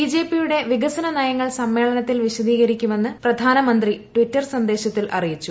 ബിജെപിയുടെ വികസന നയങ്ങൾ സമ്മേളനത്തിൽ വിശദീകരിക്കുമെന്ന് പ്രധാനമന്ത്രി ട്വിറ്റർ സന്ദേശത്തിൽ അറിയിച്ചു